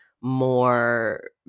more